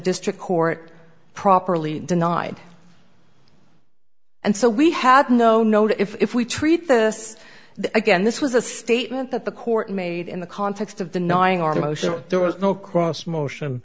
district court properly denied and so we had no no if we treat this again this was a statement that the court made in the context of denying our motion there was no cross motion